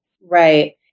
Right